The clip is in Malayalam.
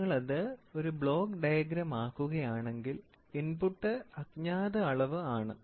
നിങ്ങളത് ഒരു ബ്ലോക്ക് ഡയഗ്രാമിൽ ഇടുകയാണെങ്കിൽ ഇൻപുട്ട് അജ്ഞാത അളവ് മെഷറാൻണ്ട് measurand ആണ്